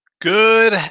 good